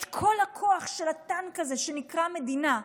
את כל הכוח של הטנק הזה שנקרא מדינה,